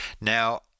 Now